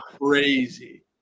crazy